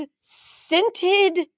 scented